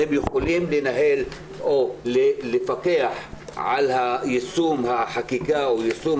והם יכולים לנהל או לפקח על יישום החקיקה או יישום